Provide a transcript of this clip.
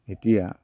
এতিয়া